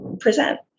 present